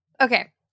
okay